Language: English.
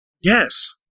Yes